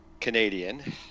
Canadian